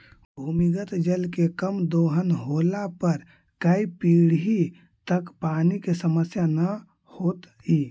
भूमिगत जल के कम दोहन होला पर कै पीढ़ि तक पानी के समस्या न होतइ